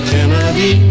Kennedy